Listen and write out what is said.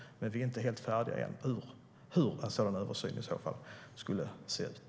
Men vi är ännu inte helt färdiga med beredningen av hur en sådan översyn i så fall skulle se ut.